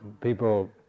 People